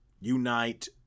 unite